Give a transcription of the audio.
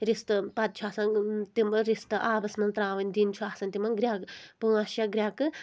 رِستہٕ پَتہٕ چھُ آسان تِم رِستہٕ آبَس منٛز ترٛاوٕنۍ دِنۍ چھُ آسان تِمن گرٛؠکہٕ پانٛژھ شےٚ گرٛؠکہٕ